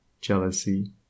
jealousy